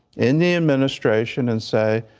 in the administration and say,